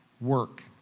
work